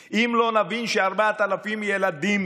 25, אם לא נבין ש-4,000 ילדים